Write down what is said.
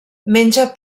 menja